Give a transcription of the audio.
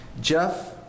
Jeff